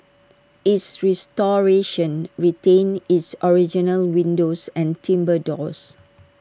its restoration retained its original windows and timbre doors